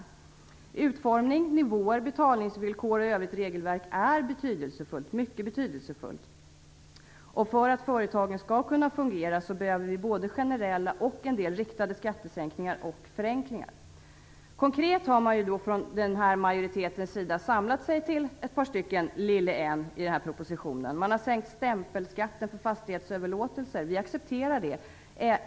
Skatternas utformning, nivåer, betalningsvillkor och övrigt regelverk är mycket betydelsefullt. För att företagen skall kunna fungera behöver vi både generella och en del riktade skattesänkningar och förenklingar. Konkret har man från majoritetens sida samlat sig till ett par stycken "en lille en" i den här propositionen. Man föreslår sänkt stämpelskatt för fastighetsöverlåtelser. Vi accepterar det.